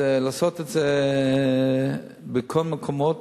זה לעשות את זה בכל המקומות,